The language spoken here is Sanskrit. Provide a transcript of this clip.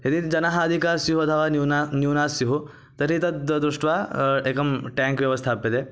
यदि जनाः अधिकाः स्युः अथवा न्यूना न्यूनाः स्युः तर्हि तद्द् दृष्ट्वा एकं टेङ्क् व्यवस्थाप्यते